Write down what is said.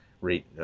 rate